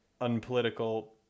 unpolitical